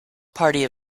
party